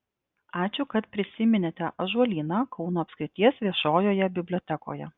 ačiū kad prisiminėte ąžuolyną kauno apskrities viešojoje bibliotekoje